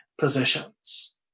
positions